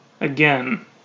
again